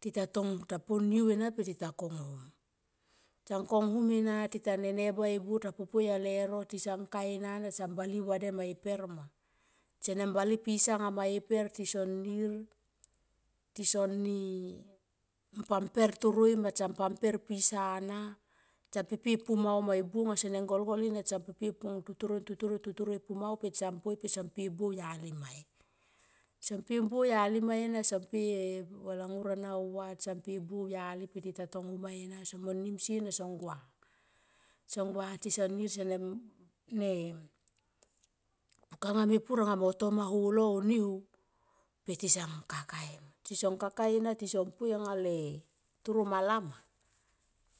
Titatong ta po niu ena pe ti ta kong hum. Tsan ko nghum ena tita nene bua e buo ta popoi ale no tisan kai ena tisan bale auvade ma e per tsene bali pisa tison nir tison ni mpa mper toro i ma. Mpa mper tisa na tsan pepe e pumau ma e buo nga senen golgol ena tsan totoroi e pumau pe tson pe e buo au yali mai tson pe e buo au yali ma ena tsan po e valangar ana au va tsan poi e buo au yali pe stan tons hum mai ena sonim sie na song sua. Tson gua tsan nir sen ne puka nga mepur anga mo toma e oh niho pe tison kakae, tison kakae ena tison poi anga le toro mala ma